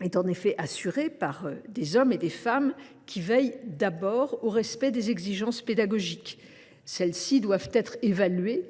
est assuré par des hommes et des femmes qui veillent d’abord au respect des exigences pédagogiques. Celles ci doivent être évaluées